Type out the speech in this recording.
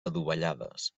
adovellades